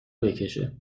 بکشه